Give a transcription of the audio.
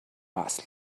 وصل